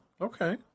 Okay